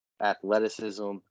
athleticism